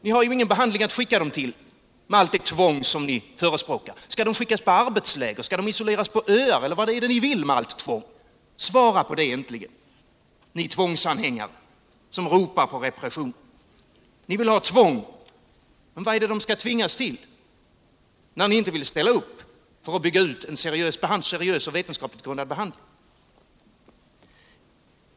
Ni har ingen behandling att skicka dem till med allt det tvång som ni föreskriver. Skall de skickas till arbetsläger eller isoleras på öar? Vad vill ni med allt tvång? Svara äntligen på dessa frågor, ni tvångsanhängare som ropar på repression. Ni vill ha tvång, men vad skall människorna tvingas till, när ni inte vill bygga ut en seriös och vetenskapligt grundad behandling?